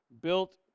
built